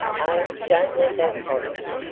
oh don't let that bother you,